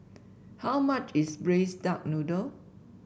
how much is Braised Duck Noodle